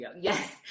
yes